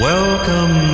Welcome